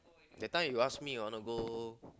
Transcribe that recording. that time you ask me I wanna go